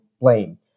blame